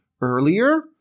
earlier